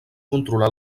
controlar